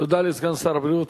תודה לסגן שר הבריאות,